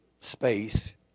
space